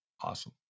Awesome